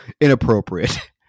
inappropriate